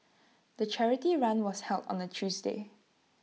the charity run was held on A Tuesday